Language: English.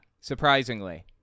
surprisingly